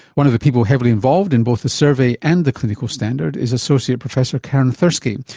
one of the people heavily involved in both the survey and the clinical standard is associate professor karin thursky,